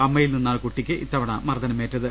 അമ്മയിൽ നിന്നാണ് കൂട്ടിക്ക് ഇത്തവണ മർദ്ദനമേറ്റത്